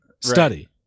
study